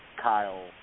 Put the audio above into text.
Kyle